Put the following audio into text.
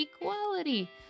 equality